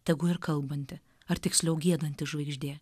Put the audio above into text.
tegu ir kalbanti ar tiksliau giedanti žvaigždė